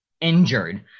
injured